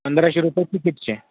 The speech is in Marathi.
पंधराशे रुपये तिकीटचे